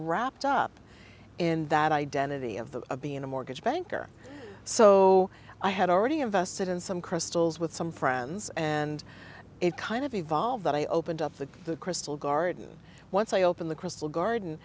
wrapped up in that identity of a being a mortgage banker so i had already invested in some crystals with some friends and it kind of evolved but i opened up the the crystal garden once i opened the crystal garden